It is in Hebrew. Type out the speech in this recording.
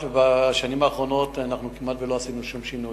בשנים האחרונות אנחנו כמעט שלא עשינו שום שינויים.